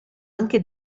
anche